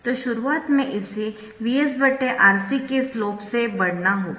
तो शुरुआत में इसे VsRC के स्लोप से बढ़ाना होगा